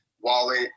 wallet